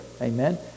Amen